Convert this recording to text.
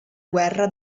guerra